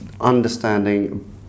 understanding